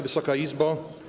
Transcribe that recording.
Wysoka Izbo!